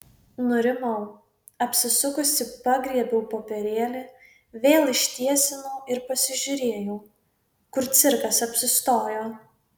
nurimau apsisukusi pagriebiau popierėlį vėl ištiesinau ir pasižiūrėjau kur cirkas apsistojo